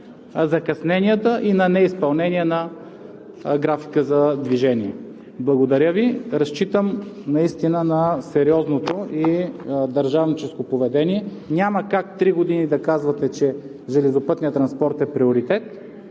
закъсненията и на неизпълнение на графика за движение. Благодаря Ви. Разчитам наистина на сериозното и държавническо поведение. Няма как три години да казвате, че железопътният транспорт е приоритет,